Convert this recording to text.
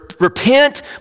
repent